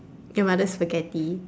your mother's Spaghetti